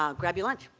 um grab your lunch.